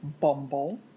Bumble